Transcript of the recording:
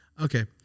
Okay